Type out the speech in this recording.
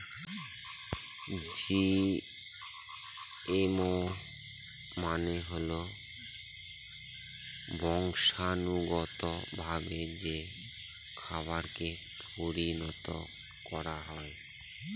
GMO মানে হল বংশানুগতভাবে যে খাবারকে পরিণত করা হয়